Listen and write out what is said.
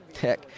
Heck